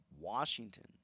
Washington